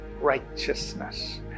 righteousness